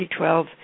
2012